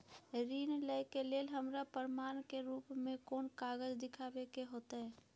ऋण लय के लेल हमरा प्रमाण के रूप में कोन कागज़ दिखाबै के होतय?